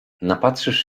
napatrzysz